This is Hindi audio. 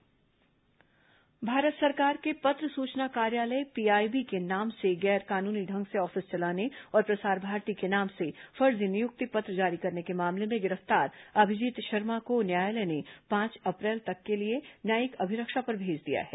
प्रसार भारती फर्जी ऑफिस मामला भारत सरकार के पत्र सूचना कार्यालय पीआईबी के नाम से गैर कानूनी ढंग से ऑफिस चलाने और प्रसार भारती के नाम से फर्जी नियुक्ति पत्र जारी करने के मामले में गिरफ्तार अभिजीत शर्मा को न्यायालय ने पांच अप्रैल तक के लिए न्यायिक अभिरक्षा पर भेज दिया है